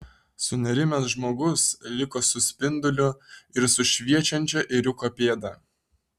sunerimęs žmogus liko su spinduliu ir su šviečiančia ėriuko pėda